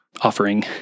offering